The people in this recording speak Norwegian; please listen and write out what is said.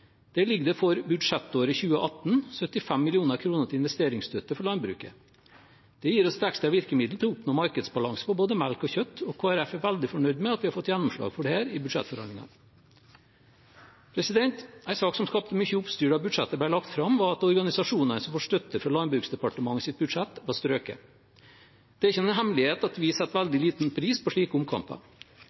Der ligger det for budsjettåret 2018 75 mill. kr til investeringsstøtte for landbruket. Det gir oss et ekstra virkemiddel til å oppnå markedsbalanse på både melk og kjøtt, og Kristelig Folkeparti er veldig fornøyd med at vi har fått gjennomslag for dette i budsjettforhandlingene. Ein sak som skapte mye oppstyr da budsjettet ble lagt fram, var at organisasjonene som får støtte fra Landbruksdepartementets budsjett, var strøket. Det er ikke noen hemmelighet at vi setter veldig liten pris på slike omkamper.